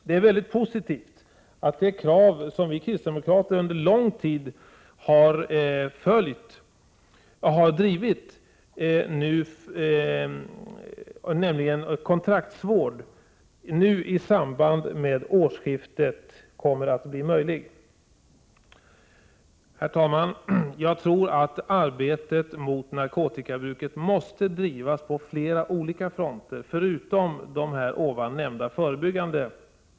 Det är mycket positivt att det krav som vi kristdemokrater har drivit under en lång följd av år, nämligen kravet på kontraktsvård, nu kommer att tillgodoses i samband med årsskiftet. Herr talman! Jag tror att arbetet mot narkotikabruket måste drivas på flera olika fronter, förutom de ovan nämnda förebyggande.